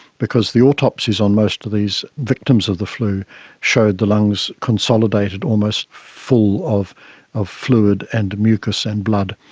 because the autopsies on most of these victims of the flu showed the lungs consolidated almost full of of fluid and mucous and blood.